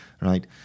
right